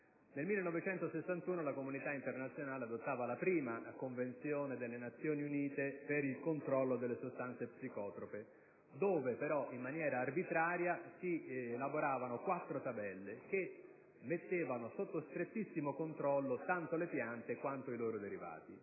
Nel 1961 la comunità internazionale adottava la prima Convenzione delle Nazioni Unite per il controllo delle sostanze psicotrope, nella quale dove però in maniera arbitraria si elaboravano quattro tabelle che mettevano sotto strettissimo controllo tanto le piante quanto i derivati.